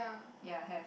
ya have